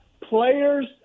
players